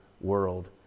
world